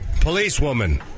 Policewoman